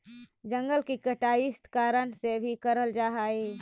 जंगल की कटाई इस कारण भी करल जा हई